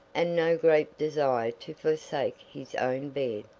and no great desire to forsake his own bed,